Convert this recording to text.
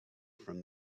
from